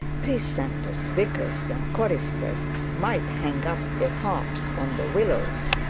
precentors, vicars, and choristers might hang up their harps on the willows.